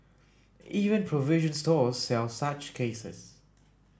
even provision stores sell such cases